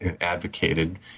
advocated